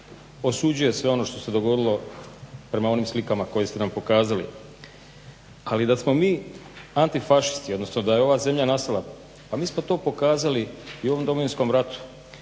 osuđuje sve ono što se dogodilo prema onim slikama koje ste nam pokazali. Ali da smo mi antifašisti, odnosno da je ova zemlja nastala, pa mi smo to pokazali i u ovom Domovinskom ratu